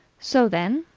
so, then,